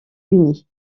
unis